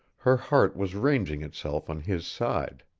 her heart was ranging itself on his side.